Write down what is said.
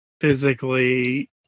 physically